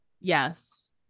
Yes